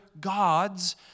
gods